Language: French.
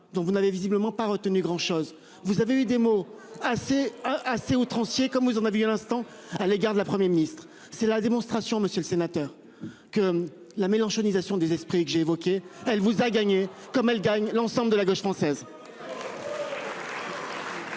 dont vous n'avez visiblement pas retenu grand-chose. Vous avez eu des mots assez assez outrancier, comme nous on a vu à l'instant à l'égard de la Premier Ministre c'est la démonstration, monsieur le sénateur. Que la mélenchonisation des esprits que j'ai évoquées. Elle vous a gagné comme elle gagne l'ensemble de la gauche française.